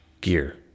Gear